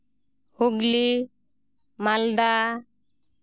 Hooghly Malda